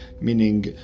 meaning